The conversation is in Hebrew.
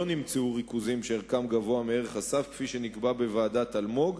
לא נמצאו ריכוזים שערכם גבוה מערך הסף כפי שנקבע בוועדת-אלמוג,